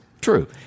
True